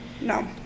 no